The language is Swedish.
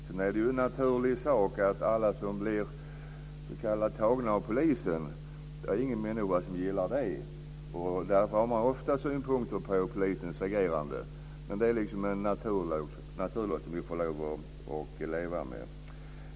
Det är en naturlig sak att alla som blir tagna av polisen - det är ingen människa som gillar det - ofta har synpunkter på polisens agerande. Det är naturligt, och det får vi leva med.